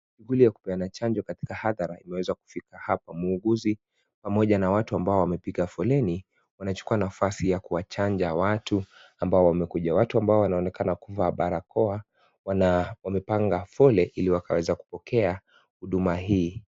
Shughuli ya kupeana chanjo katika adara iliweza kufika hapa. Mhuguzi pamoja na watu ambao wamepiga foleni wanachukua nafasi ya kuwachanja watu ambao wamekuja. Watu ambao wanaonekana kuvaa barakoa wamepanga fole Ili waweze kupokea Huduma hii.